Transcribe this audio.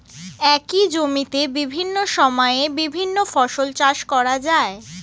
একই জমিতে বিভিন্ন সময়ে বিভিন্ন ফসল চাষ করা যায়